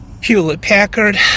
hewlett-packard